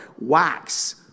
wax